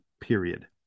period